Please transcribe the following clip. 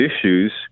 issues